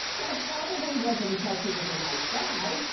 that probably wasn't because he was a nice guy.